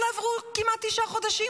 אבל עברו כמעט תשעה חודשים,